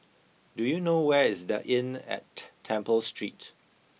do you know where is the Inn at Temple Street